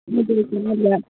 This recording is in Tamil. ஓகே ஓகே ஒன்னுமில்ல